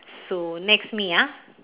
so next me ah